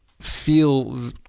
feel